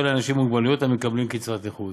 לאנשים עם מוגבלות המקבלים קצבת נכות.